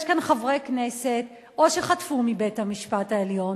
יש כאן חברי כנסת שחטפו מבית-המשפט העליון,